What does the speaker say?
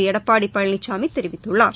எடப்பாடி பழனிசாமி தெரிவித்துள்ளார்